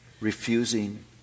refusing